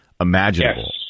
imaginable